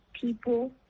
people